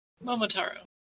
Momotaro